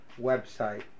website